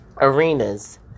arenas